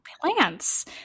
plants